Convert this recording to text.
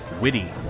witty